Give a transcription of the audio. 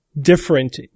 different